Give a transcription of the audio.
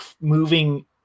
moving